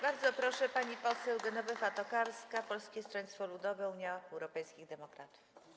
Bardzo proszę, pani poseł Genowefa Tokarska, Polskie Stronnictwo Ludowe - Unia Europejskich Demokratów.